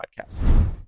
podcasts